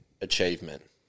achievement